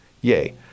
Yay